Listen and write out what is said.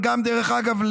ודרך אגב,